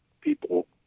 people